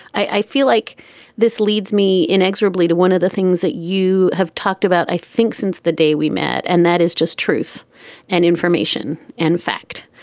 i feel like this leads me inexorably to one of the things that you have talked about. i think since the day we met and that is just truth and information, in fact,